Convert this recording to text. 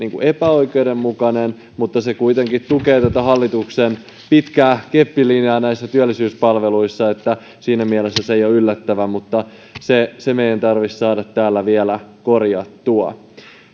epäoikeudenmukainen mutta se kuitenkin tukee hallituksen pitkää keppilinjaa työllisyyspalveluissa siinä mielessä se ei ole yllättävä mutta se se meidän tarvitsee saada täällä vielä korjattua